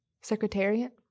secretariat